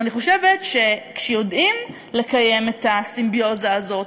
אני חושבת שכשיודעים לקיים את הסימביוזה הזאת,